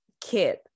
kid